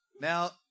Now